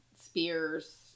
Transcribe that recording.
Spears